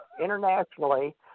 internationally